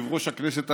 יושב-ראש הכנסת המיועד,